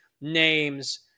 names